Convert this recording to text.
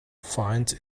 finds